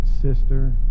sister